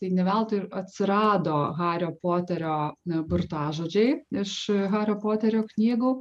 tai ne veltui ir atsirado hario poterio burtažodžiai iš hario poterio knygų